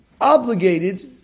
obligated